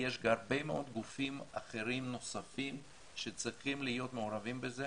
יש הרבה מאוד גופים אחרים נוספים שצריכים להיות מעורבים בזה.